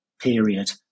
period